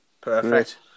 perfect